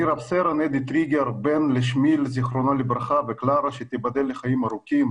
אני רב-סרן אדי טריגר בן לשמיל זכרונו לברכה ולקרה שתיבדל לחיים ארוכים.